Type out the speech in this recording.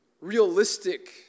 realistic